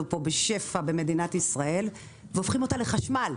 פה בשפע במדינת ישראל והופכים אותה לחשמל.